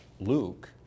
Luke